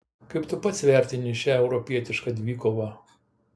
kaip tu pats vertini šią europietišką dvikovą